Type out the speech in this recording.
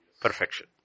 Perfection